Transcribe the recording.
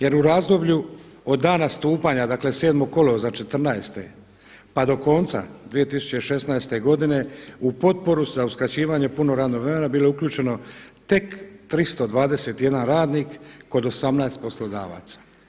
Jer u razdoblju od dana stupanja, dakle 7 kolovoza '14.-te pa do konca 2016. godine u potporu za uskraćivanje punog radnog vremena bilo je uključeno tek 321 radnik kod 18 poslodavaca.